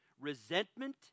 resentment